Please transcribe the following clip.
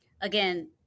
again